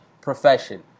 profession